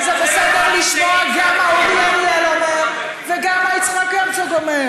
וזה בסדר לשמוע גם אורי אריאל אומר וגם מה יצחק הרצוג אומר.